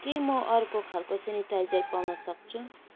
के म अर्को खालको स्यानिटाइजर पाउन सक्छु